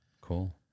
cool